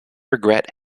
regret